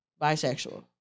bisexual